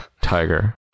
tiger